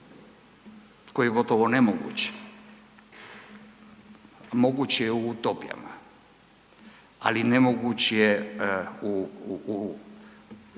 koji je gotovo nemoguć. Moguć je u utopijama, ali nemoguć je u